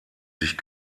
sich